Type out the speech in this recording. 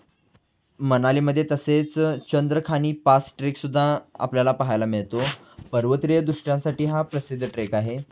मनालीमध्ये तसेच चंद्रखानी पास ट्रेकसुद्धा आपल्याला पाहायला मिळतो पर्वतीय दृष्ट्यांसाठी हा प्रसिद्ध ट्रेक आहे